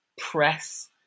press